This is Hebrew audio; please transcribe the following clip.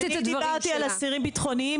היא דיברה על נקודה ספציפית של האסירים הביטחוניים.